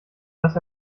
dass